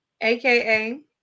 AKA